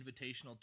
Invitational